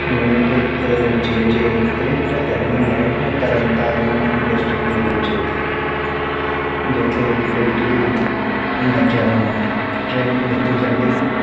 ਜਿਵੇਂ ਕਿ ਇੱਕ ਜੇ ਜੇ ਕ੍ਰਿਕਟ ਅਕੈਡਮੀ ਹੈ ਜਾਂ ਤਰਨ ਤਾਰਨ ਡਿਸਟ੍ਰਿਕਟ ਦੇ ਵਿੱਚ ਇੱਕ ਜਿੱਥੇ ਕ੍ਰਿਕਟ ਦੀ ਬੱਚਿਆਂ ਨੂੰ ਟ੍ਰੇਨਿੰਗ ਦਿੱਤੀ ਜਾਂਦੀ ਆ